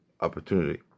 opportunity